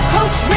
Coach